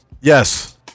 Yes